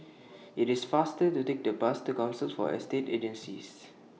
IT IS faster to Take The Bus to Council For Estate Agencies